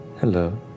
Hello